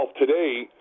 today